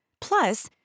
plus